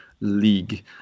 league